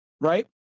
right